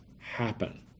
happen